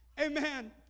Amen